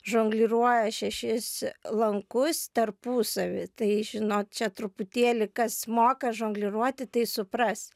žongliruoja šešis lankus tarpusavy tai žinot čia truputėlį kas moka žongliruoti tai supras